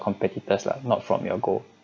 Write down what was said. competitors lah not from your goal